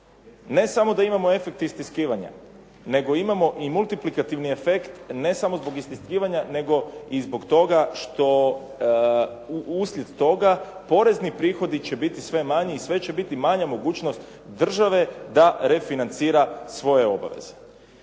Ne samo da imamo efekt istiskivanja nego imamo i multiplikativni efekt ne samo zbog istiskivanja nego i zbog toga što uslijed toga porezni prihodi će biti sve manji i sve će biti manja mogućnost države da refinancira svoje obaveze.